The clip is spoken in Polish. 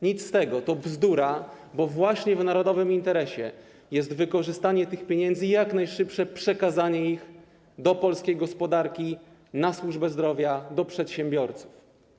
Nic z tego, to bzdura, bo właśnie w narodowym interesie jest wykorzystanie tych pieniędzy i jak najszybsze przekazanie ich do polskiej gospodarki, na służbę zdrowia, do przedsiębiorców.